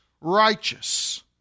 righteous